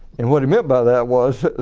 and what he meant by that was